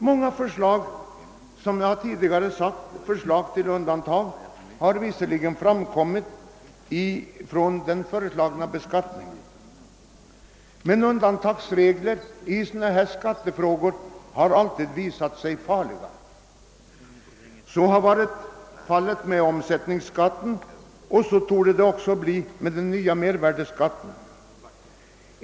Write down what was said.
Med anledning av de många förslagen om undantag måste dock framhållas att undantagsregler när det gäller sådana här skattefrågor alltid visat sig farliga. Så har det varit i fråga om omsättningsskatten och så torde det bli i fråga om mervärdeskatten.